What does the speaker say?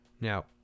now